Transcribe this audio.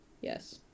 Yes